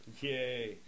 yay